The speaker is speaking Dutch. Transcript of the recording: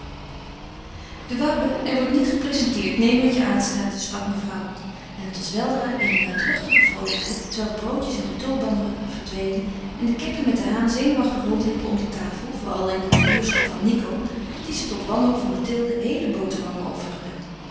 de woude er wordt niet geprezenteerd neem wat je aanstaat sprak mevrouw en het was weldra eene luidruchtige vroolijkheid terwijl de broodjes en de tulbanden verdwenen en de kippen met den haan zenuwachtig rondliepen om de tafel vooral in de nabuurschap van nico die ze tot wanhoop van mathilde heele boterhammen